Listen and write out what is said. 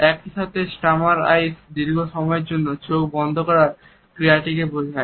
একই সাথে stammering eyes দীর্ঘসময়ের জন্য চোখ বন্ধ রাখার ক্রিয়াটিকে বোঝায়